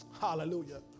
Hallelujah